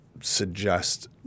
suggest